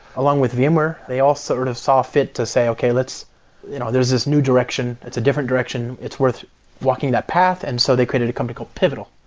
along with vmware, they all sort of saw fit to say, okay. you know there's this new direction. it's a different direction. it's worth walking that path, and so they created a company called pivotal.